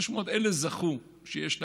פשוט מאוד, אלה זכו שיש להן.